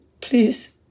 Please